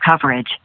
coverage